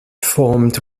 formed